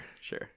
sure